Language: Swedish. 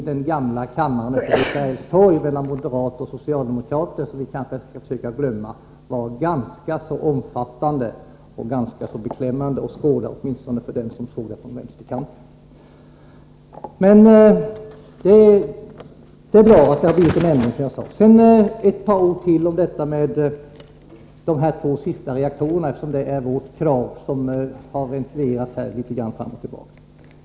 Det var en riktig förbrödring mellan moderater och socialdemokrater i den gamla kammaren vid Sergels torg. Vi skall kanske försöka glömma det, för den förbrödringen var ganska beklämmande att skåda, åtminstone för dem som såg den från vänsterkanten. Det är som sagt bra att det nu har blivit en ändring. Jag vill säga ett par ord till om de två sista reaktorerna, eftersom det är vårt krav som har ventilerats här.